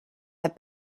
have